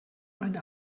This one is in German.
eine